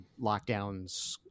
lockdowns